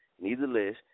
Nevertheless